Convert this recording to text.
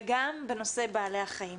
וגם בנושא בעלי החיים,